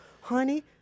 honey